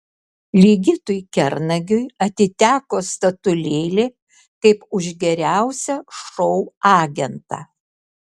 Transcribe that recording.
ligitui kernagiui atiteko statulėlė kaip už geriausią šou agentą